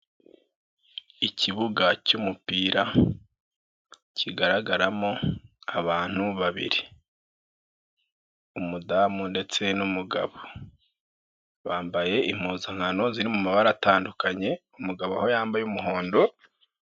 Ikibuga cy'umupira, kigaragaramo abantu babiri, umudamu ndetse n'umugabo, bambaye impuzankano ziri mu mabara atandukanye, umugabo aho yambaye umuhondo.